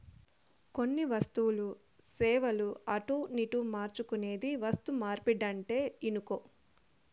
కొన్ని వస్తువులు, సేవలు అటునిటు మార్చుకునేదే వస్తుమార్పిడంటే ఇనుకో